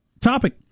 topic